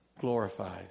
glorified